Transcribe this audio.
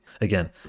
Again